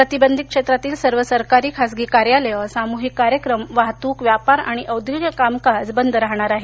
प्रतिबंधीत क्षेत्रातील सर्व सरकारी खासगी कार्यालये सामुहीक कार्यक्रम वाहतूक व्यापार आणि औद्योगिक कामकाज बंद राहणार आहे